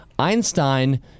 Einstein